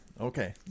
okay